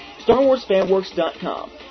StarWarsFanWorks.com